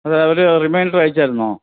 അത് അവർ റിമൈൻഡർ അയച്ചായിരുന്നോ